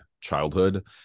childhood